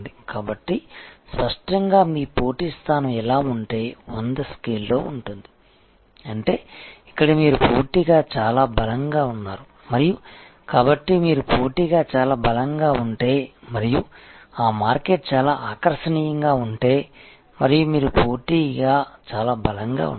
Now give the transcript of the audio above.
కాబట్టి స్పష్టంగా మీ పోటీ స్థానం ఇలా ఉంటే 100 స్కేల్లో ఉంటుంది అంటే ఇక్కడ మీరు పోటీగా చాలా బలంగా ఉన్నారు మరియు కాబట్టి మీరు పోటీగా చాలా బలంగా ఉంటే మరియు ఆ మార్కెట్ చాలా ఆకర్షణీయంగా ఉంటే మరియు మీరు పోటీగా చాలా బలంగా ఉన్నారు